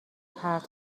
پرت